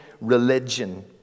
religion